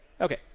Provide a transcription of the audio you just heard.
Okay